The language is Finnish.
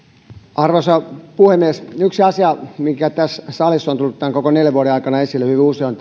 arvoisa puhemies yksi asia mikä tässä salissa on tullut tämän koko neljän vuoden ajan esille hyvin usein on